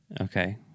Okay